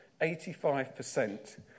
85%